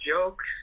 jokes